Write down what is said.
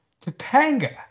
Topanga